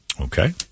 Okay